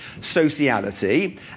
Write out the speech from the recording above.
sociality